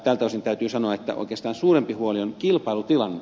tältä osin täytyy sanoa että oikeastaan suurempi huoli on kilpailutilanne